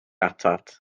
atat